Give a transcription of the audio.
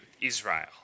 Israel